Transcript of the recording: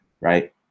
right